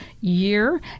year